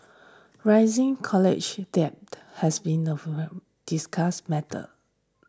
rising college debt has been a discussed matter